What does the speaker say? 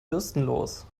bürstenlos